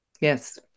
yes